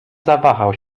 zawahał